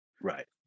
Right